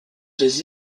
des